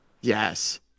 Yes